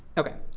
ok,